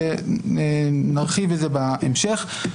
נרחיב על זה בהמשך.